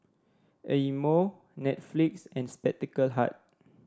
Eye Mo Netflix and Spectacle Hut